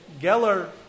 Geller